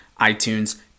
iTunes